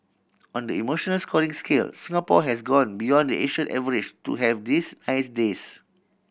on the emotional scoring scale Singapore has gone beyond the Asian average to have these nice days